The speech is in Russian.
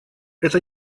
это